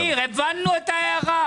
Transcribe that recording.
ולדימיר, הבנו את ההערה.